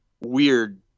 weird